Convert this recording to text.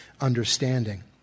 understanding